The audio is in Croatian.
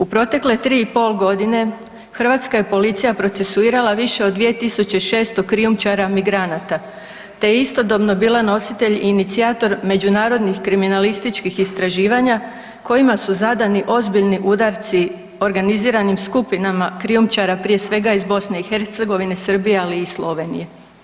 U protekle 3,5 godine hrvatska je policija procesuirala više od 2600 krijumčara migranata te je istodobno bila nositelj i inicijator međunarodnih kriminalističkih istraživanja kojima su zadani ozbiljni udarci organiziranim skupinama krijumčara prije svega iz BiH, Srbije ali i Slovenije.